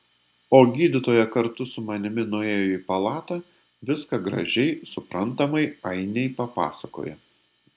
o gydytoja kartu su manimi nuėjo į palatą viską gražiai suprantamai ainei papasakojo